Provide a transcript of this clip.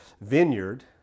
vineyard